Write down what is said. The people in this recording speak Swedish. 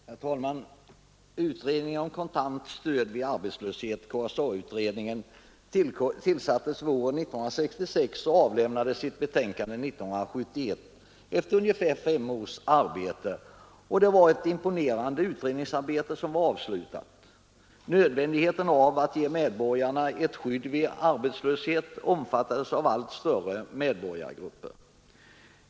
Herr talman! Utredningen om kontant stöd vid arbetslöshet, KSA-utredningen, tillsattes våren 1966 och avlämnade sitt betänkande 1971 efter ungefär fem års arbete. Det var ett imponerande utredningsarbete som avslutades. Nödvändigheten av att ge medborgarna ett skydd vid arbetslöshet omfattades av allt större medborgargrupper.